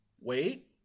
wait